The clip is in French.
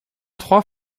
trois